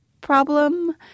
problem